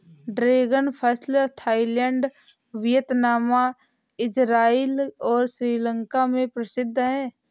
dragon फल Thailand, Vietnam, Israel और श्रीलंका में प्रसिद्ध है